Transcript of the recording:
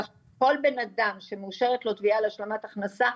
כך שכל בן אדם שמאושרת לו תביעה להשלמת הכנסה,